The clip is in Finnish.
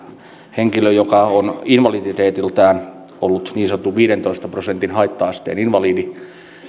henkilö mieshenkilö on invaliditeetiltaan ollut niin sanottu viidentoista prosentin haitta asteen invalidi ja